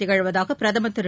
திகழ்வதாக பிரதமர் திரு